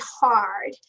hard